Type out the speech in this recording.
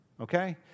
okay